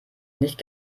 nicht